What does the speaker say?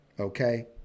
Okay